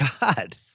God